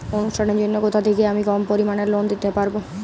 অনুষ্ঠানের জন্য কোথা থেকে আমি কম পরিমাণের লোন নিতে পারব?